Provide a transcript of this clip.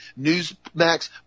Newsmax